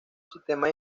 sistema